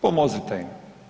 Pomozite im.